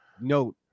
note